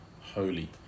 holy